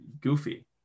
goofy